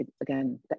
again